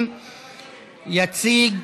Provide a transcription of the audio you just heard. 50). יציג